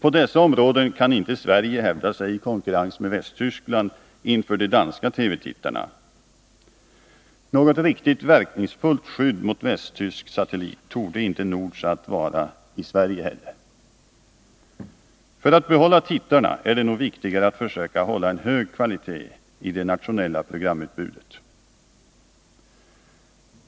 På dessa områden kan inte Sverige hävda sig i konkurrens med Västtyskland inför de danska TV-tittarna. Något riktigt verkningsfullt skydd mot västtysk satellit torde inte Nordsat vara i Sverige heller. För att behålla tittarna är det nog viktigare att försöka hålla en hög kvalitet i det nationella programutbudet.